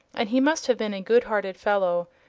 and he must have been a good-hearted fellow,